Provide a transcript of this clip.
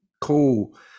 cool